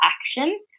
action